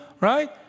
right